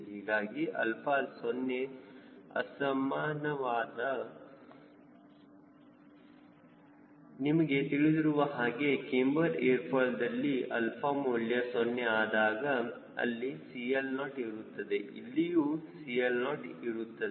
ಹೀಗಾಗಿ ಅಲ್ಪ 0ಗೆ ಸಮಾನವಾದಾಗ ನಿಮಗೆ ತಿಳಿದಿರುವ ಹಾಗೆ ಕ್ಯಾಮ್ಬರ್ ಏರ್ ಫಾಯ್ಲ್ ದಲ್ಲಿ 𝛼 ಮೌಲ್ಯ 0 ಆದಾಗ ಅಲ್ಲಿ CL0 ಇರುತ್ತದೆ ಇಲ್ಲಿಯೂ CL0 ಇರುತ್ತದೆ